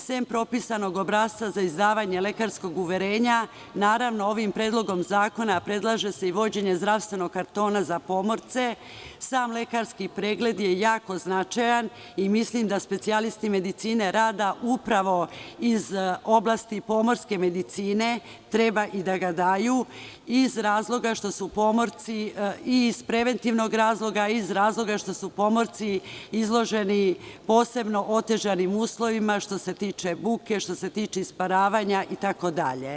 Sem propisanog obrasca, za izdavanje lekarskog uverenja, ovim predlogom zakona, predlaže se i vođenje zdravstvenog kartona za pomorce i sam lekarski pregled je jako značajan i mislim da specijalisti medicine rada upravo iz oblasti pomorske medicine, treba i da ga daju, iz razloga što su pomorci, iz preventivnog razloga, jer su izloženi posebno otežanim uslovima što se tiče buke, isparavanja itd.